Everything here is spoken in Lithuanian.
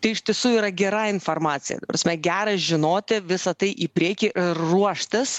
tai iš tiesų yra gera informacija ta prasme gera žinoti visa tai į priekį ir ruoštis